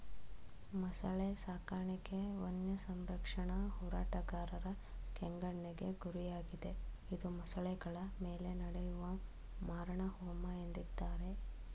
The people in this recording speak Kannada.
ಮೊಸಳೆ ಸಾಕಾಣಿಕೆ ವನ್ಯಸಂರಕ್ಷಣಾ ಹೋರಾಟಗಾರರ ಕೆಂಗಣ್ಣಿಗೆ ಗುರಿಯಾಗಿದೆ ಇದು ಮೊಸಳೆಗಳ ಮೇಲೆ ನಡೆಯುವ ಮಾರಣಹೋಮ ಎಂದಿದ್ದಾರೆ